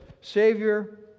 Savior